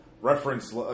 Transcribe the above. reference